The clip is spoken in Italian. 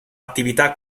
attività